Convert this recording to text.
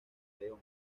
león